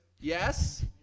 Yes